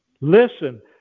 listen